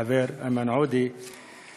החבר איימן עודה,